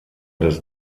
des